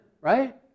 right